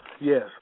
yes